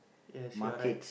yes you're right